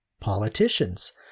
politicians